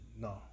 No